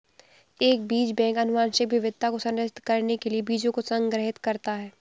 एक बीज बैंक आनुवंशिक विविधता को संरक्षित करने के लिए बीजों को संग्रहीत करता है